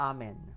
Amen